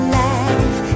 life